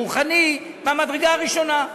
רוחני מהמדרגה הראשונה.